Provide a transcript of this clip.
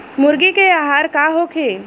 मुर्गी के आहार का होखे?